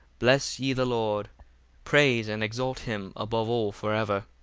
bless ye the lord praise and exalt him above all for ever.